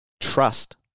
trust